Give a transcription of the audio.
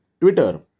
Twitter